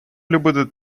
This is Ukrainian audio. любити